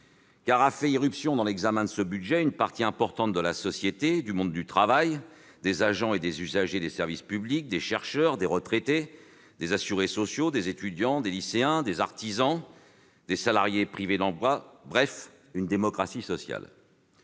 à l'irruption, lors de l'examen de ce projet de budget, d'une partie importante de la société, du monde du travail, des agents et des usagers des services publics, des chercheurs, des retraités, des assurés sociaux, des étudiants, des lycéens, des artisans, des salariés privés d'emploi, bref, d'une démocratie sociale.